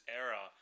era